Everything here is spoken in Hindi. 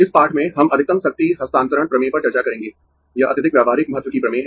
इस पाठ में हम अधिकतम शक्ति हस्तांतरण प्रमेय पर चर्चा करेंगें यह अत्यधिक व्यावहारिक महत्व की प्रमेय है